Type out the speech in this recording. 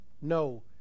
No